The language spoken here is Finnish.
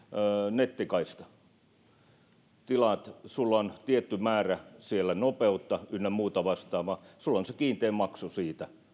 nettikaistan sinulla on siellä tietty määrä nopeutta ynnä muuta vastaavaa ja sinulla on se kiinteä maksu siitä